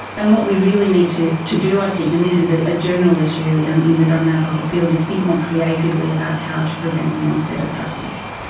and what we really need to to do i think, and this is a general issue yeah um in the drug and alcohol field, is think more creatively about how to prevent the onset of drug use.